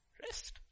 rest